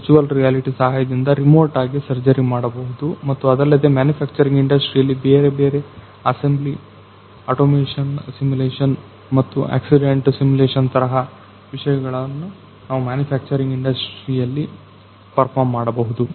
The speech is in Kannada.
ವರ್ಚುವಲ್ ರಿಯಾಲಿಟಿ ಸಹಾಯದಿಂದ ರಿಮೋಟ್ ಆಗಿ ಸರ್ಜರಿ ಮಾಡಬಹುದು ಮತ್ತು ಅದಲ್ಲದೆ ಮನುಫ್ಯಾಕ್ಚರಿಂಗ್ ಇಂಡಸ್ಟ್ರಿಯಲ್ಲಿ ಬೇರೆಬೇರೆ ಅಸೆಂಬ್ಲಿ ಅಟೋಮೇಶನ್ ಸಿಮುಲೇಶನ್ ಮತ್ತು ಆಕ್ಸಿಡೆಂಟ್ ಸಿಮುಲೇಶನ್ ತರಹದ ವಿಷಯಗಳನ್ನು ನಾವು ಮನುಫ್ಯಾಕ್ಚರಿಂಗ್ ಇಂಡಸ್ಟ್ರಿಯಲ್ಲಿ ಪರ್ಫಾರ್ಮ್ ಮಾಡಬಹುದು